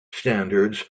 standards